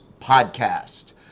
podcast